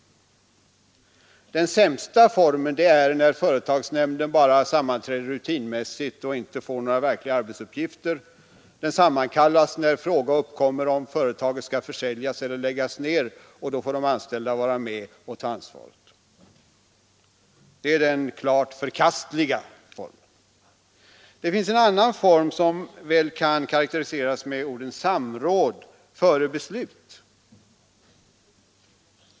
Den sämsta formen är när företagsnämnden bara sammanträder rutinmässigt och inte får några verkliga arbetsuppgifter. Den sammankallas när fråga uppkommer om företaget skall försäljas eller läggas ner, och då får de anställda vara med och ta ansvaret. Det är den klart förkastliga formen. Det finns en annan form, som väl kan karakteriseras med orden samråd före beslut.